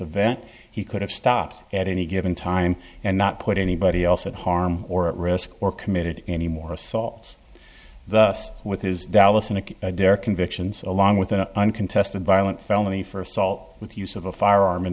event he could have stopped at any given time and not put anybody else at harm or at risk or committed any more assaults the us with his dallas and their convictions along with an uncontested violent felony for assault with use of a firearm in